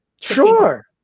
Sure